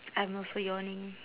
I'm also yawning